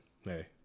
hey